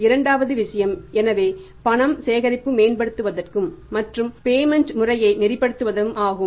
இது இரண்டாவது விஷயம் எனவே பண சேகரிப்பு மேம்படுத்துவதற்கும் மற்றும் பேமென்ட் முறையை நெறிப்படுத்துவதற்கும் ஆகும்